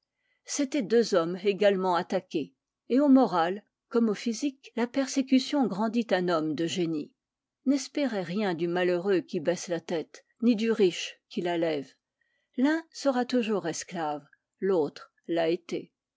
c'étaient deux hommes également attaqués et au moral comme au physique la persécution grandit un homme de génie n'espérez rien du malheureux qui baisse la tête ni du riche qui la lève l'un sera toujours esclave l'autre l'a été